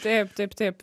taip taip taip